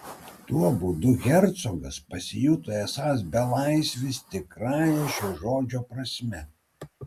tuo būdu hercogas pasijuto esąs belaisvis tikrąja šio žodžio prasme